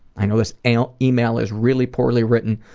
i know this email email is really poorly written,